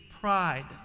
pride